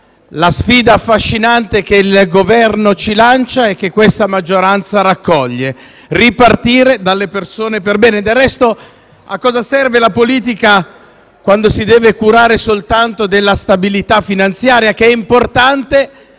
la sfida affascinante che il Governo ci lancia e che la maggioranza raccoglie. Ripartire dalle persone perbene. Del resto, a cosa serve la politica quando si deve curare soltanto della stabilità finanziaria, che è importante,